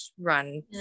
run